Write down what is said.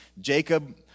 Jacob